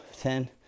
Ten